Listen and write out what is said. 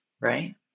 right